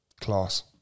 Class